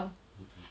mm mm